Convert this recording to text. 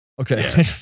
Okay